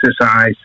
exercise